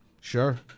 Sure